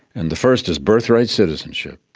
and the first is birthright citizenship.